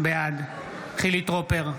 בעד חילי טרופר,